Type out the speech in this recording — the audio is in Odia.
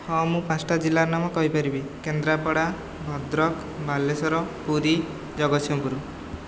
ହଁ ମୁଁ ପାଞ୍ଚଟା ଜିଲ୍ଲାର ନାମ କହିପାରିବି କେନ୍ଦ୍ରାପଡ଼ା ଭଦ୍ରକ ବାଲେଶ୍ୱର ପୁରୀ ଜଗତସିଂହପୁର